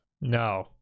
no